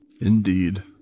Indeed